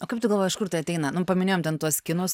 o kaip tu galvoji iš kur tai ateina nu paminėjom ten tuos kinus